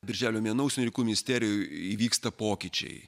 birželio mėnuo užsienio reikalų misterijoj įvyksta pokyčiai